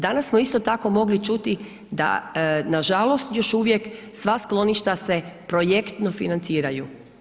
Danas smo isto tako mogli čuti da nažalost još uvijek sva skloništa se projektno financiraju.